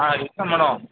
ஆ discount பண்ணுவோம்